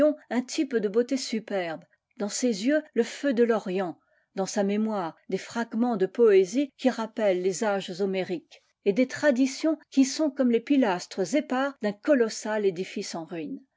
un type de beauté superbe dans ses yeux le feu de l'orient dans sa mémoire des fragments de poésie qui rappellent les âges homériques et des traditions qui sont comme les pilastres épars d'un colossal édifice en ruine